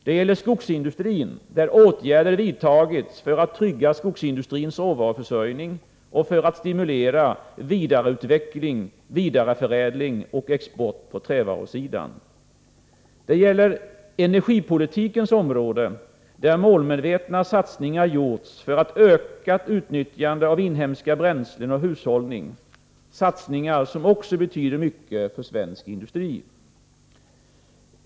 Det gäller skogsindustrin, där åtgärder vidtagits för att trygga skogsindustrins råvaruförsörjning och för att stimulera vidareutveckling, vidareförädling och export på trävarusidan. Det gäller energipolitikens område, där målmedvetna satsningar gjorts för ett ökat utnyttjande av inhemska bränslen och hushållning — satsningar som också betyder mycket för svensk industri.